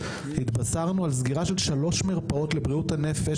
התבשרנו על סגירה של שלוש מרפאות לבריאות הנפש,